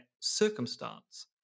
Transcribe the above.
circumstance